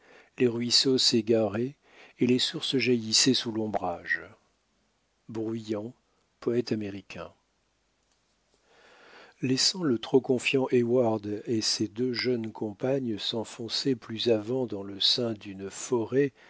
les ruisseaux s'égaraient et les sources jaillissaient sous l'ombrage bruyant poète américain laissant le trop confiant heyward et ses deux jeunes compagnes s'enfoncer plus avant dans le sein d'une forêt